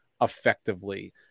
effectively